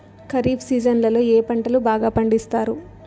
ఖరీఫ్ సీజన్లలో ఏ పంటలు బాగా పండిస్తారు